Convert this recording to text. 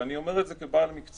ואני אומר את זה כבעל מקצוע.